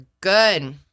good